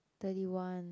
thirty one